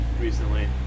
recently